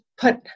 put